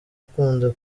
ukunda